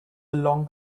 long